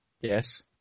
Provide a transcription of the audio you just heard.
Yes